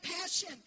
passion